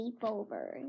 sleepover